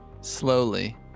slowly